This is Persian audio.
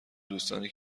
دوستانی